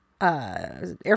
Air